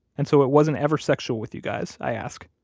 and so it wasn't ever sexual with you guys, i ask.